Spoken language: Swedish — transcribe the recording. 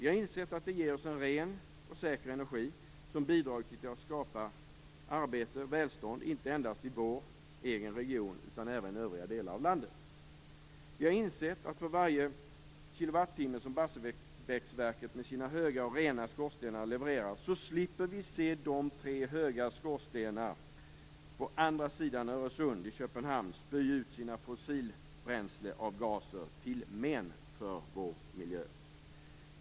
Vi har insett att det ger oss en ren och säker energi som bidragit till att skapa arbete och välstånd inte endast i vår egen region, utan även i övriga delar av landet. Vi har insett att för varje kilowattimme som Barsebäcksverket med sina höga och rena skorstenar levererar, slipper vi se de tre höga skorstenarna på andra sidan Öresund, i Köpenhamn, spy ut sina fossilbränsleavgaser till men för vår miljö.